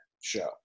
show